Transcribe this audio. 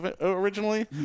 originally